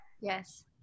yes